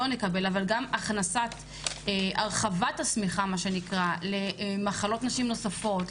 נקבל אבל גם הרחבת השמיכה למחלות נשים נוספות,